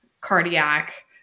cardiac